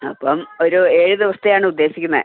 അപ്പം ഒരു ഏഴ് ദിവസത്തേതാണ് ഉദ്ദേശിക്കുന്നത്